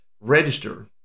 Register